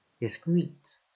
Discrete